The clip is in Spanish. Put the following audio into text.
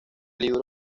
libro